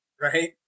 Right